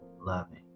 loving